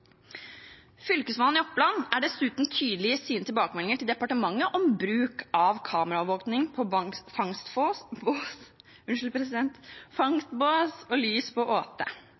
Fylkesmannen i Oppland er dessuten tydelig i sine tilbakemeldinger til departementet om bruk av kameraovervåking på fangstbås og lys på åtet. Dette handler rett og